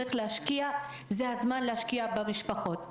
צריך להשקיע, זה הזמן להשקיע במשפחות.